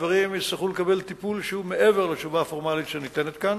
הדברים יצטרכו לקבל טיפול שהוא מעבר לתשובה פורמלית שניתנת כאן,